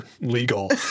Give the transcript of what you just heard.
legal